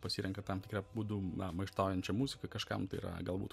pasirenka tam tikrą būdu na maištaujančią muziką kažkam tai yra galbūt